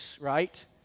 right